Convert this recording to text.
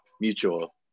mutual